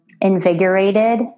invigorated